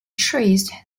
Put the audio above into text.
traced